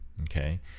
okay